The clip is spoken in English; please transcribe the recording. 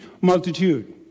multitude